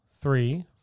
three